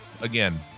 Again